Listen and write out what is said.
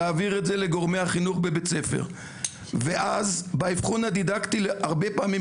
להעביר את זה לגורמי החינוך בבית הספר ואז באבחון הדידקטי הרבה פעמים